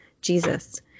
jesus